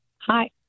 Hi